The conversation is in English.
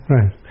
Right